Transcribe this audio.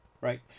right